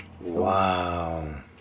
Wow